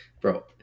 Bro